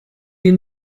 die